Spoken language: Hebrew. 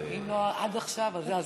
אם לא עד עכשיו, אז זה הזמן.